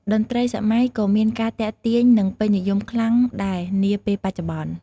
តន្រ្តីសម័យក៏មានការទាក់ទាញនិងពេញនិយមខ្លាំងដែរនាពេលបច្ចុប្បន្ន។